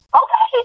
okay